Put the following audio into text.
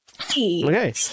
Okay